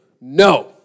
No